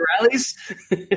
rallies